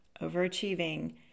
Overachieving